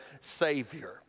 Savior